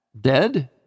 dead